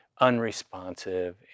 unresponsive